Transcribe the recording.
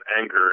anger